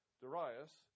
Darius